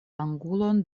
angulon